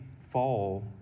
fall